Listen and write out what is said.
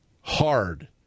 hard